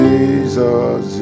Jesus